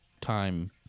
time